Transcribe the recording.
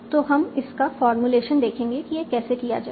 तो हम इसका फॉर्मूलेशन देखेंगे कि यह कैसे किया जाए